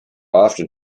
often